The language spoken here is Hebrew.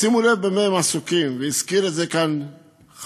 שימו לב במה הם עסוקים, והזכיר את זה כאן חברי